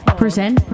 present